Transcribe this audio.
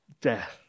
death